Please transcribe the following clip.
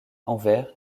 anvers